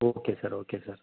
okay sir okay sir